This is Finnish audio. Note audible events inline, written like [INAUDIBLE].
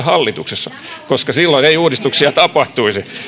[UNINTELLIGIBLE] hallituksessa koska silloin ei uudistuksia tapahtuisi